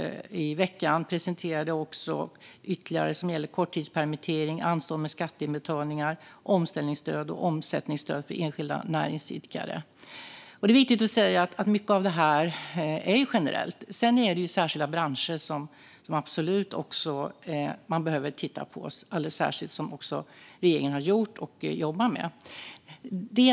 I veckan presenterade vi ytterligare stöd som gäller korttidspermittering, anstånd med skatteinbetalningar, omställningsstöd och omsättningsstöd för enskilda näringsidkare. Det är viktigt att säga att mycket av detta är generellt. Sedan finns det absolut särskilda branscher som man behöver titta på, vilket regeringen också har gjort och jobbar med.